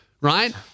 right